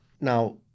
Now